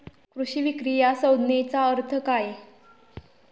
कृषी विक्री या संज्ञेचा अर्थ काय?